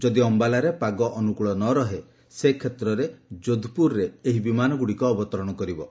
ଯଦି ଅମ୍ଘାଲାରେ ପାଗ ଅନୁକୂଳ ନ ରହେ ସେ କ୍ଷେତ୍ରରେ ଯୋଧପୁରରେ ଏହି ବିମାନଗୁଡ଼ିକ ଅବତରଣ କରିବେ